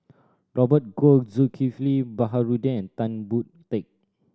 Robert Goh Zulkifli Baharudin and Tan Boon Teik